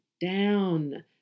down